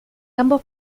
ambos